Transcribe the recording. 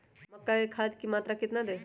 मक्का में खाद की मात्रा कितना दे?